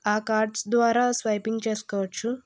ఆ కార్డ్స్ ద్వారా స్వైపింగ్ చేసుకోవచ్చు